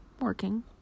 working